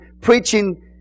preaching